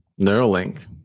Neuralink